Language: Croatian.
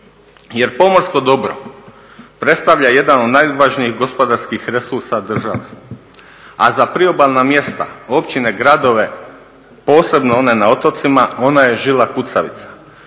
Jer pomorsko dobro predstavlja jedan od najvažnijih gospodarskih resursa države a za priobalna mjesta, općine gradove, posebno one na otocima ona je žila kucavica.